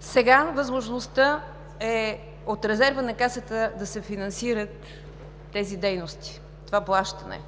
Сега възможността е от резерва на Касата да се финансират тези дейности, това плащане.